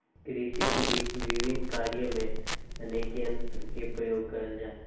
कृषि के भिन्न भिन्न कार्य में अनेक यंत्र के प्रयोग करल जा हई